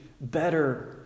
better